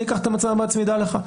אני אקח את המצלמה בעצמי, דע לך.